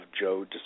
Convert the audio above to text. Joe